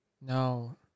no